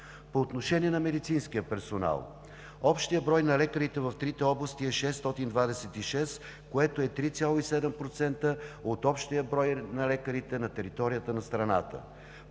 По отношение на медицинския персонал. Общият брой на лекарите в трите области е 626, което е 3,7% от общия брой на лекарите на територията на страната.